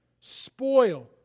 spoil